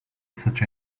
such